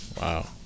Wow